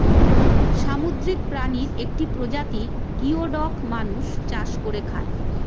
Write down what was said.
সামুদ্রিক প্রাণীর একটি প্রজাতি গিওডক মানুষ চাষ করে খায়